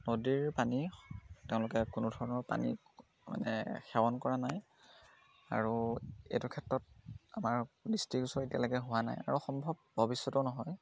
নদীৰ পানী তেওঁলোকে কোনো ধৰণৰ পানী মানে সেৱন কৰা নাই আৰু এইটো ক্ষেত্ৰত আমাৰ দৃষ্টিগোচৰ এতিয়ালৈকে হোৱা নাই আৰু সম্ভৱ ভৱিষ্যতেও নহয়